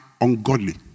ungodly